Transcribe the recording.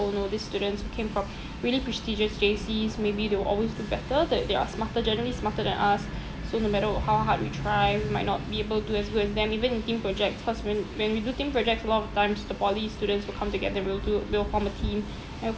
oh no these students who came from really prestigious J_Cs maybe they will always do better that they are smarter generally smarter than us so no matter were how hard we try we might not be able to do as good as them even in team projects cause when when we do team projects a lot of times the poly students will come together will do will form a team and